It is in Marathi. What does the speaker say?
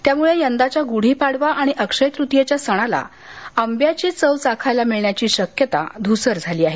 त्यामुळे यंदाच्या गुढी पाडवा आणि अक्षय तृतीयेच्या सणाला आंब्याची चव चाखायला मिळण्याची शक्यता धूसर झाली आहे